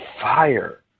fire